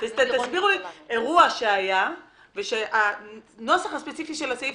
תסבירו לי אירוע שהיה ושהנוסח הספציפי של הסעיף